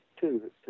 two